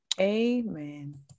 Amen